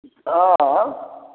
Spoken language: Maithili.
हॅं